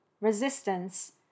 resistance